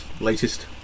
latest